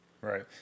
Right